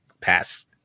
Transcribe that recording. Pass